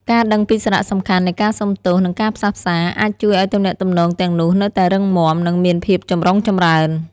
ការដឹងពីសារៈសំខាន់នៃការសុំទោស និងការផ្សះផ្សា អាចជួយឱ្យទំនាក់ទំនងទាំងនោះនៅតែរឹងមាំ និងមានភាពចម្រុងចម្រើន។